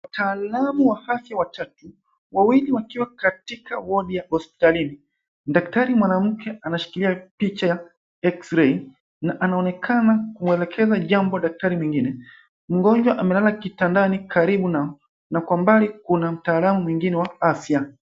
Wataalamu wa afya watatu, wawili wakiwa katika wodi ya hospitalini. Daktari mwanamke anashikilia picha ya X-ray na anaonekana kumwelekeza jambo daktari mwingine. Mgonjwa amelala kitandani karibu na kwa mbali kuna mtaalamu mwingine wa afya.